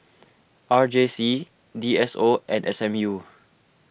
R J C D S O and S M U